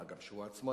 מה גם שהוא עצמו,